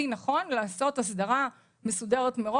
הכי נכון לעשות הסדרה מראש,